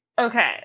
Okay